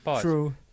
True